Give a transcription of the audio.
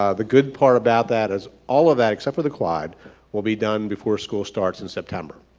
um the good part about that as all of that except for the quad will be done before school starts in september.